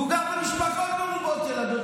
והוא גר במשפחה מרובת ילדים,